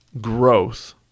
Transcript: growth